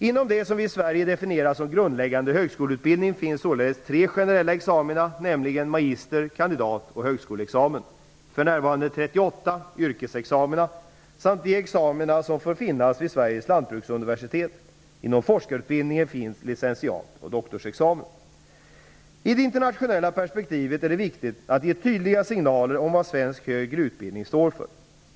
Inom det som vi i Sverige definierar som grundläggande högskoleutbildning finns således tre generella examina, nämligen magister-, kandidatoch högskoleexamen, för närvarande 38 yrkesexamina samt de examina som får finnas vid I det internationella perspektivet är det viktigt att ge tydliga signaler om vad svensk högre utbildning står för.